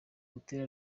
butera